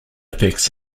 effects